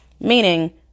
Meaning